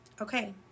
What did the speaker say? Okay